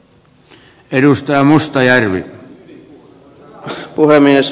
arvoisa puhemies